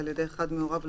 על ידי אחד מהוריו,